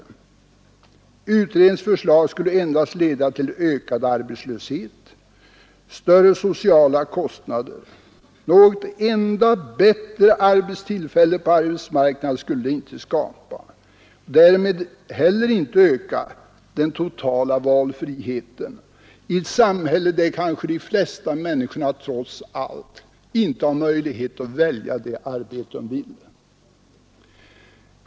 Utredningens förslag skulle endast leda till ökad arbetslöshet och större sociala kostnader. Något enda bättre arbetstillfälle på arbetsmarknaden skulle det inte skapa, och därmed heller inte öka den totala valfriheten i ett samhälle där kanske de flesta människorna trots allt inte har möjlighet att välja det arbete de vill ha.